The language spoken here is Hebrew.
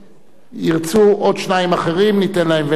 ירצו עוד שניים אחרים, ניתן להם ונאפשר להם.